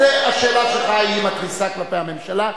השאלה שלך היא מתריסה כלפי הממשלה.